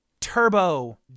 turbo